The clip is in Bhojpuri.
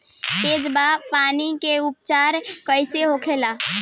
तेजाब पान के उपचार कईसे होला?